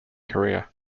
career